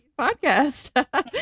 podcast